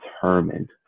determined